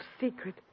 secret